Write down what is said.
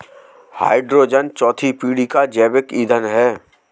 hydrogen चौथी पीढ़ी का जैविक ईंधन है